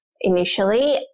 initially